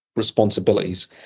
responsibilities